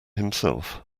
himself